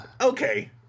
okay